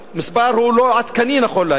המספר הוא לא עדכני נכון להיום,